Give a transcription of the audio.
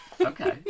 Okay